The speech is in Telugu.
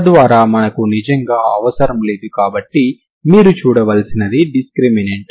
తద్వారా మనకు నిజంగా అవసరం లేదు కాబట్టి మీరు చూడవలసినది డిస్క్రిమినెంట్